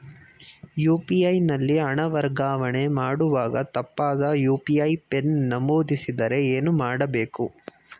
UPI ನಲ್ಲಿ ಹಣ ವರ್ಗಾವಣೆ ಮಾಡುವಾಗ ತಪ್ಪಾದ ಯು.ಪಿ.ಐ ಪಿನ್ ನಮೂದಿಸಿದರೆ ಏನು ಮಾಡಬೇಕು?